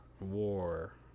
War